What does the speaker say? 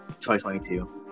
2022